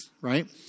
right